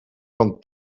van